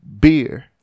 beer